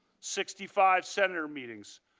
sixty five center meetings.